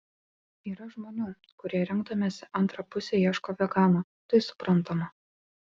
yra žmonių kurie rinkdamiesi antrą pusę ieško vegano tai suprantama